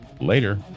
Later